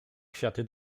kwiaty